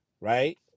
right